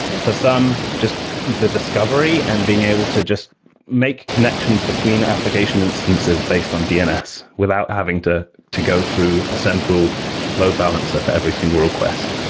for some, just the discovery and being able to just make connections between the application instances based on dns without having to to go through a central load balancer for every single request.